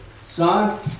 son